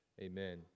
amen